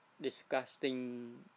disgusting